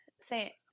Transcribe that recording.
say